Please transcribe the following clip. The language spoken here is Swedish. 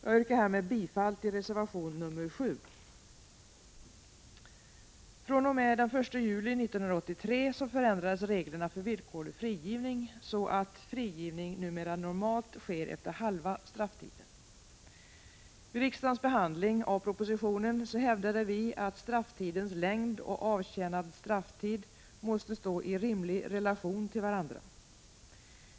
Jag yrkar härmed bifall till reservation 7. fr.o.m. den 1 juli 1983 förändrades reglerna för villkorlig frigivning så att frigivning numera normalt sker efter halva strafftiden. Vid riksdagens behandling av propositionen hävdade vi att strafftidens längd och avtjänad strafftid måste stå i rimlig relation till varandra.